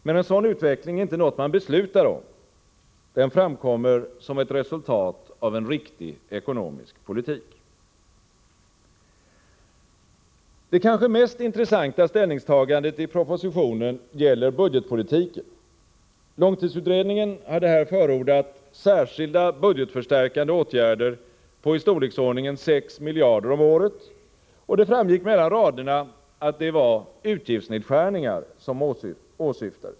Men en sådan utveckling är inte något som man beslutar om — den framkommer som ett resultat av en riktig ekonomisk politik. Det kanske mest intressanta ställningstagandet i propositionen gäller budgetpolitiken. Långtidsutredningen har här förordat särskilda budgetförstärkande åtgärder på i storleksordningen 6 miljarder om året, och det framgick mellan raderna att det var utgiftsnedskärningar som åsyftades.